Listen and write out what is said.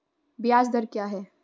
ब्याज दर क्या है?